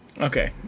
Okay